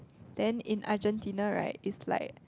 then in Argentina right is like